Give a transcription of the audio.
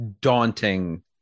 daunting